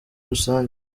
rusange